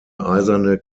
eiserne